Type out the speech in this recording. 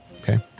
Okay